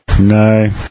No